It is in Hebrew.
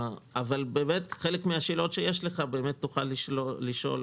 אבל באמת חלק מן השאלות תוכל לשאול,